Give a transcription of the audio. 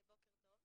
בוקר טוב,